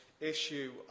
issue